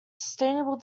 sustainable